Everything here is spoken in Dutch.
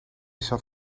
zat